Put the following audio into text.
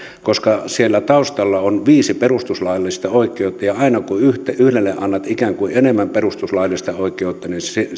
koska siellä taustalla on viisi perustuslaillista oikeutta ja koska aina kun yhdelle annat ikään kuin enemmän perustuslaillista oikeutta